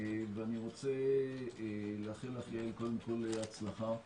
יעל, אני רוצה לאחל לך הצלחה.